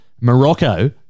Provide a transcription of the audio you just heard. Morocco